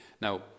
now